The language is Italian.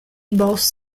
boss